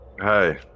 Hi